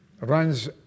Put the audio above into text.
runs